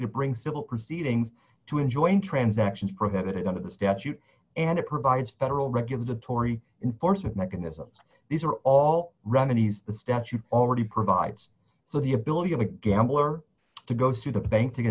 to bring civil proceedings to enjoin transactions prohibited under the statute and it provides federal regulatory in force of mechanism these are all remedies the statute already provides for the ability of a gambler to go through the bank to get